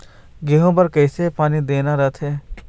गेहूं बर कइसे पानी देना रथे?